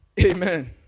Amen